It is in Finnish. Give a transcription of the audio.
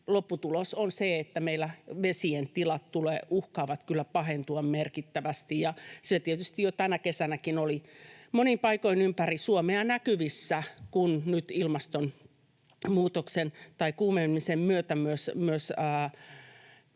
lopputulos on se, että meillä vesien tila uhkaa kyllä pahentua merkittävästi. Se tietysti jo tänä kesänäkin oli monin paikoin ympäri Suomea näkyvissä. Kun nyt ilmaston kuumenemisen myötä myös